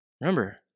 Remember